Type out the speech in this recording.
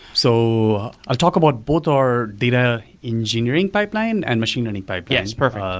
so i'll talk about both our data engineering pipeline and machine learning pipeline. yes. perfect. um